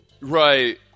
Right